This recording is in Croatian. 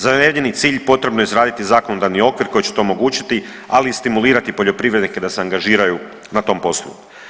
Za navedeni cilj potrebno je izraditi zakonodavni okvir koji će to omogućiti, ali i stimulirati poljoprivrednike da se angažiraju na tom poslu.